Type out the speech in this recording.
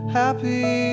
happy